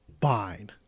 fine